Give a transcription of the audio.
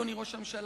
אדוני ראש הממשלה,